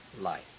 life